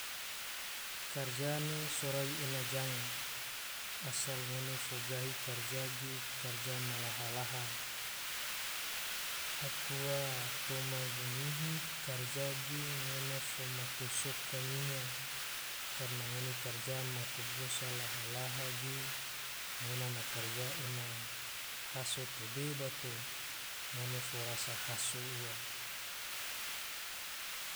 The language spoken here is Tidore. Karja ne sorai ena ja g, asal ngone fo gahi karja ge, karja ma laha-laha, akua toma gunyihi karja ge ngone fo maku soka nyinga, karja ngone karja maku gosa laha-laha ge, ngona na karja ena haso tebe bato ngone fo rasa haso ua